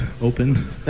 open